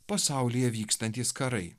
pasaulyje vykstantys karai